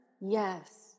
Yes